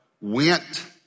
went